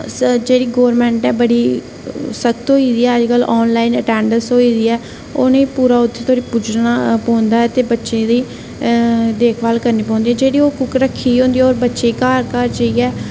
ते जेह्ड़ी गौरमेंट ऐ ओह् बड़ी सख्त होई दी ऐ अज्जकल ऑनलाइन अटेंडेंस होई गेदी ओह् उ'नेंगी ऑनलाइन उत्थें पुज्जी जाना ते बच्चें दी देखभाल करनी पौंदी जेह्ड़ी ओह् कुक रक्खी दी होंदी ओह् बच्चें गी घर घर जाइयै